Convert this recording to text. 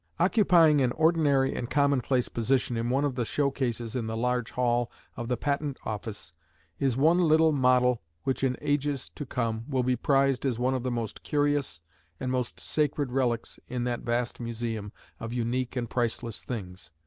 occupying an ordinary and commonplace position in one of the show-cases in the large hall of the patent office is one little model which in ages to come will be prized as one of the most curious and most sacred relics in that vast museum of unique and priceless things.